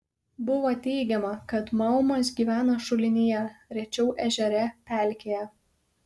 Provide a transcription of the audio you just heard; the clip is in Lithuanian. buvo teigiama kad maumas gyvena šulinyje rečiau ežere pelkėje